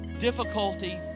difficulty